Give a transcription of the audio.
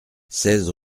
seize